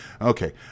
Okay